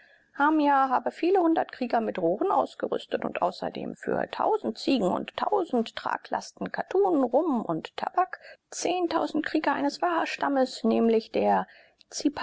hamia habe viele hundert krieger mit rohren ausgerüstet und außerdem für tausend ziegen und tausend trag last kattun rum und tabak krieger eines wahastamms nämlich der